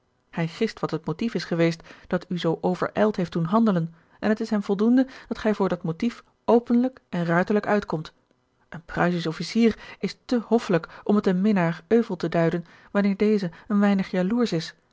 hij gist wat het motief is geweest dat u zoo overijld heeft doen handelen en het is hem voldoende dat gij voor dat motief openlijk en ruiterlijk uitkomt een pruisisch officier is te hoffelijk om het een minnaar euvel te duiden wanneer deze een weinig jaloersch is